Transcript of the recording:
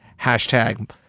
Hashtag